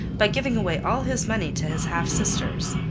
by giving away all his money to his half sisters?